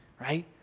right